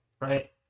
right